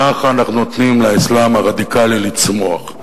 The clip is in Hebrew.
ככה אנחנו נותנים לאסלאם הרדיקלי לצמוח.